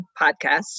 podcast